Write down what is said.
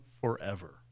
forever